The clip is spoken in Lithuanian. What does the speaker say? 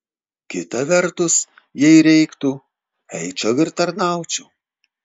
kita vertus jei reiktų eičiau ir tarnaučiau